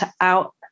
out